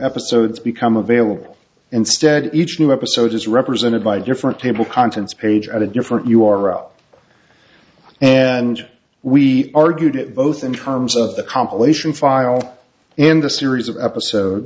episodes become available instead each new episode is represented by different table contents page at a different you are and we argued both in terms of the compilation file and the series of episodes